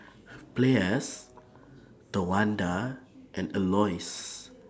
Play as Tawanda and Elouise